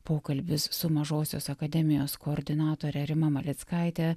pokalbis su mažosios akademijos koordinatore rima malickaite